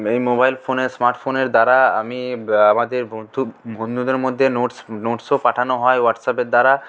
এই মোবাইল ফোনে স্মার্ট ফোনের দ্বারা আমি আমাদের বন্ধুদের মধ্যে নোটস নোটস পাঠানো হয় হোয়াটসঅ্যাপের দ্বারা